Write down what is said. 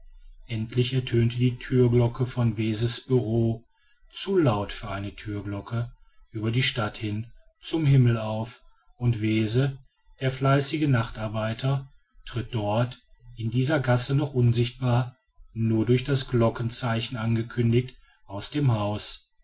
endlich ertönt die türglocke vor weses bureau zu laut für eine türglocke über die stadt hin zum himmel auf und wese der fleißige nachtarbeiter tritt dort in dieser gasse noch unsichtbar nur durch das glockenzeichen angekündigt aus dem haus